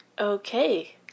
Okay